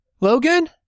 Logan